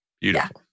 beautiful